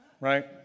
right